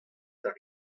d’ar